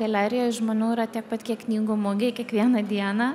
galerijoj žmonių yra tiek pat kiek knygų mugėj kiekvieną dieną